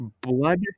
blood